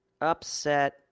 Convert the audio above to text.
upset